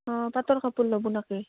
অঁ পাটৰ কাপোৰ ল'ব নাকি